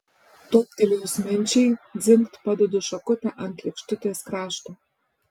toptelėjus minčiai dzingt padedu šakutę ant lėkštutės krašto